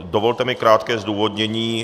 Dovolte mi krátké zdůvodnění.